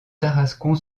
tarascon